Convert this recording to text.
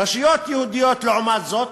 רשויות יהודיות, לעומת זאת: